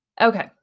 Okay